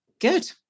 good